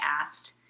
asked